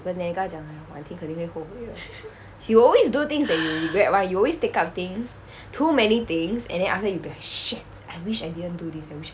我跟 naga 讲 liao I think 肯定会后悔 he always do things that you will regret [one] he always take up things too many things and then after that you will be like shit I wish I didn't do this I wish